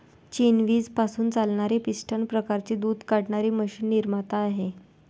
चीन वीज पासून चालणारी पिस्टन प्रकारची दूध काढणारी मशीन निर्माता आहे